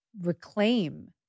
reclaim